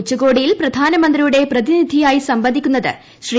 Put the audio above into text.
ഉച്ചകോടിയിൽ പ്രധാനമന്ത്രിയുടെ പ്രതിനിധിയായി സംബന്ധിക്കുന്നത് ശ്രീ